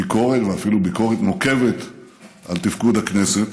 ביקורת ואפילו ביקורת נוקבת על תפקוד הכנסת,